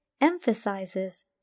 emphasizes